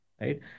right